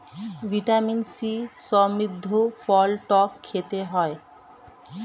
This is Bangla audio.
ভিটামিন সি সমৃদ্ধ ফল টক খেতে হয়